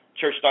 church